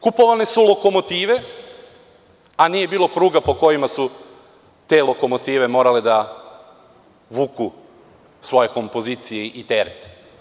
Kupovane su lokomotive, a nije bilo pruga po kojima su te lokomotive morale da vuku svoje kompozicije i teret.